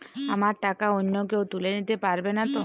আমার টাকা অন্য কেউ তুলে নিতে পারবে নাতো?